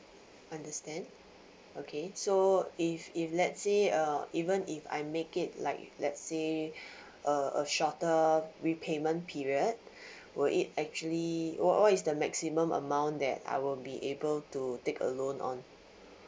understand okay so if if let say err even if I make it like let say uh a shorter repayment period were it actually what what is the maximum amount that I will be able to take a loan on